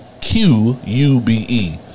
Q-U-B-E